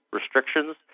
restrictions